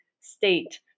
state